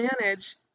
manage